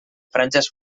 franges